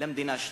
למדינה שלמה.